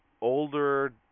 older